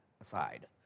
aside